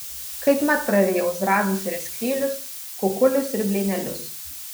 kaipmat prarijau zrazus ir skrylius kukulius ir blynelius